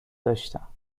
داشتم